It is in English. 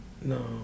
No